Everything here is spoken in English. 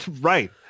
Right